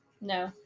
No